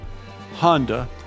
Honda